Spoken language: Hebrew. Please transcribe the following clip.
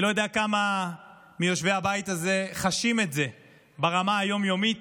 אני לא יודע כמה מיושבי הבית הזה חשים את זה ברמה היום-יומית,